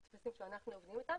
הטפסים שאנחנו עובדים אתם